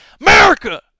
America